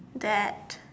that